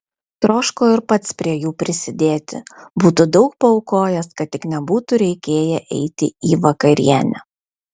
troško ir pats prie jų prisidėti būtų daug paaukojęs kad tik nebūtų reikėję eiti į vakarienę